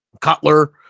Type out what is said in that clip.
Cutler